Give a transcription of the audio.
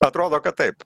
atrodo kad taip